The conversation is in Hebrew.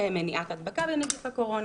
שהן מניעת הדבקה בנגיף הקורונה,